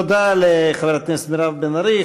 תודה לחברת הכנסת מירב בן ארי.